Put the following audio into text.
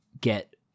get